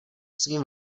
svým